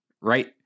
right